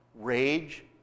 rage